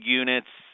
units